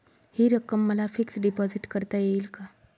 हि रक्कम मला फिक्स डिपॉझिट करता येईल का?